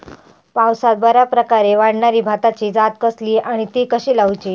पावसात बऱ्याप्रकारे वाढणारी भाताची जात कसली आणि ती कशी लाऊची?